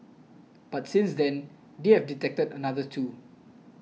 but since then they have detected another two